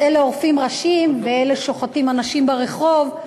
אז אלה עורפים ראשים ואלה שוחטים אנשים ברחוב.